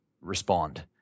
respond